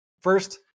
first